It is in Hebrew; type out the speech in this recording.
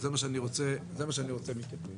זה מה שאני רוצה מכם.